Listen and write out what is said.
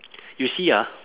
you see ah